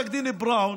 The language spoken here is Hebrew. בראון,